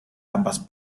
ambas